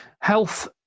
health